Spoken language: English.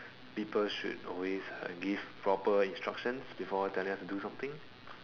people should always uh give proper instructions before telling us to do something